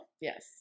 yes